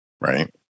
right